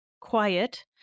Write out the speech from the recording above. quiet